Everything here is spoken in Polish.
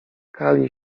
kali